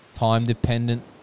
time-dependent